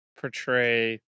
portray